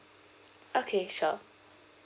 okay sure